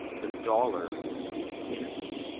the dollar is innocent